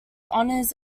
honors